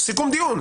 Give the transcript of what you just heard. סיכום דיון.